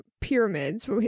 pyramids